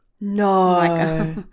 No